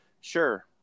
Sure